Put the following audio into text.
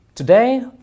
Today